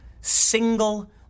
single